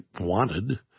wanted